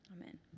Amen